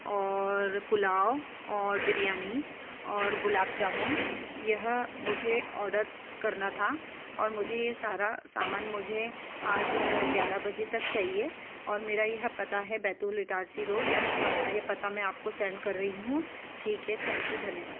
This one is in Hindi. और पुलाव और बिरयानी और गुलाब जामुन यह मुझे ऑर्डर करना था और मुझे ये सारा सामान मुझे आज ग्यारह बजे तक चाहिए और मेरा यह पता है बैतूल इटारसी रोड और सारा ये पता मैं आपको सेंड कर रही हूँ ठीक है थैंक यू धन्यवाद